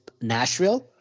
Nashville